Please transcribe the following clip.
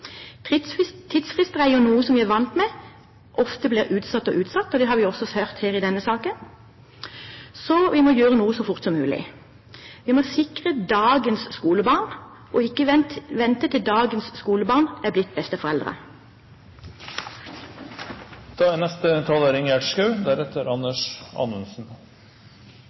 Tidsfrister er jo noe vi er vant med at ofte blir utsatt og utsatt. Det har vi også sett i denne saken. Vi må derfor gjøre noe så fort som mulig. Vi må sikre dagens skolebarn og ikke vente til dagens skolebarn er blitt